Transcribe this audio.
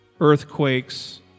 earthquakes